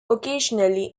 occasionally